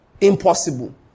impossible